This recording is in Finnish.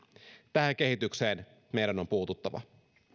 tähän kehitykseen meidän on puututtava